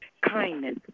kindness